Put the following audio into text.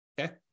okay